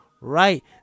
right